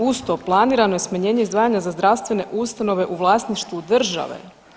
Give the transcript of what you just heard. Uz to, planirano je i smanjenje izdvajanja za zdravstvene ustanove u vlasništvu Države.